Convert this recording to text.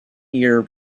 year